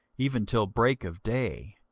even till break of day,